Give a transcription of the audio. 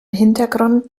hintergrund